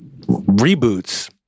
reboots